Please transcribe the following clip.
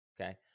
okay